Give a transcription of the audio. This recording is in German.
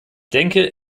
denke